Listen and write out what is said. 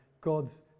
God's